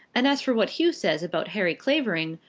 and as for what hugh says about harry clavering,